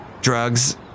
Drugs